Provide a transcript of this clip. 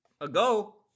ago